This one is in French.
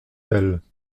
elles